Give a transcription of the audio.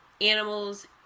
animals